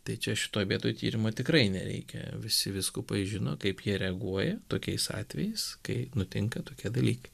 tai čia šitoj vietoj tyrimo tikrai nereikia visi vyskupai žino kaip jie reaguoja tokiais atvejais kai nutinka tokie dalykai